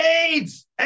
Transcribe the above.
AIDS